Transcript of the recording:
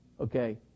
okay